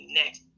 next